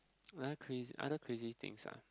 were I crazy other crazy things ah